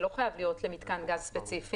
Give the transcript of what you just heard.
זה לא חייב להיות למיתקן גז ספציפי.